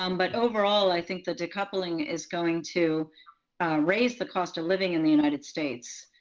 um but overall, i think the decoupling is going to raise the cost of living in the united states.